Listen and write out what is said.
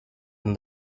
and